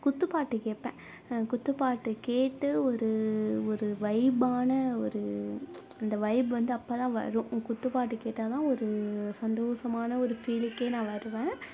குத்து பாட்டு கேட்பேன் குத்து பாட்டு கேட்டு ஒரு ஒரு வைபான ஒரு இந்த வைப் வந்து அப்போ தான் வரும் குத்து பாட்டு கேட்டால் தான் ஒரு சந்தோஷமான ஒரு ஃபீலுக்கே நான் வருவேன்